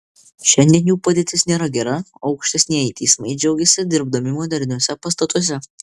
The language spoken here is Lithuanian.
šiandien jų padėtis nėra gera o aukštesnieji teismai džiaugiasi dirbdami moderniuose pastatuose